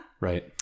Right